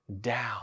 down